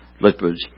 liquids